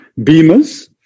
beamers